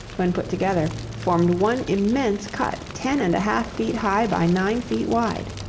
when put together, formed one immense cut ten and a half feet high by nine feet wide.